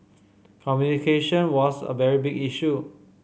communication was a very big issue